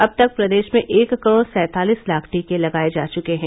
अब तक प्रदेश में एक करोड़ सैंतालीस लाख टीके लगाये जा चुके हैं